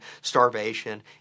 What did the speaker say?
starvation